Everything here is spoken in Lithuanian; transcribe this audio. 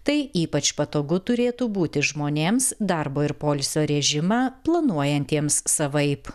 tai ypač patogu turėtų būti žmonėms darbo ir poilsio režimą planuojantiems savaip